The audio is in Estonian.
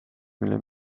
milline